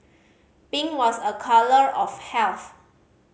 pink was a colour of health